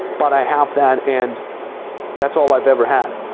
but i have that. and that's all i've ever had.